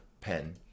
pen